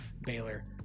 Baylor